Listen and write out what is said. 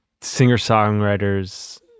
singer-songwriters